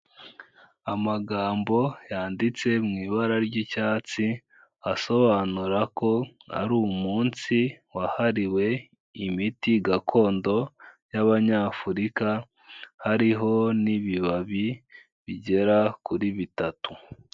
Amagambo yanditse mu ibara ry'icyatsi asobanura ko ari umunsi wahariwe imiti gakondo y'Abanyafurika, hariho n'ibibabi bigera kuri bitatu.